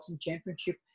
championship